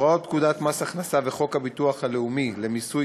הוראות פקודת מס הכנסה וחוק הביטוח הלאומי למיסוי